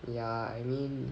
ya I mean